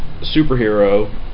superhero